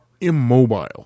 immobile